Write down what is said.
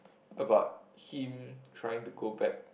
about him trying to go back